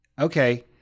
Okay